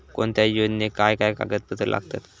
कोणत्याही योजनेक काय काय कागदपत्र लागतत?